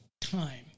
time